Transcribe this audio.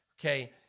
okay